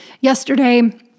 yesterday